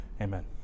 Amen